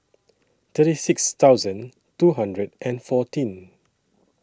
thirty six thousand two hundred and fourteen